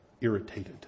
irritated